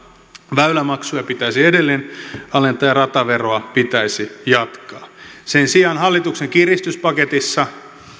väylämaksuja pitäisi edelleen alentaa ja rataveroa pitäisi jatkaa sen sijaan hallituksen kiristyspaketissa